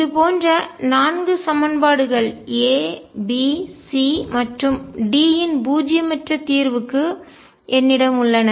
இது போன்ற 4 சமன்பாடுகள் A B C மற்றும் D இன் பூஜ்ஜியமற்ற தீர்வுக்கு என்னிடம் உள்ளன